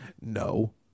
No